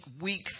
weak